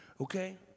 Okay